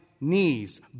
knees